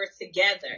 together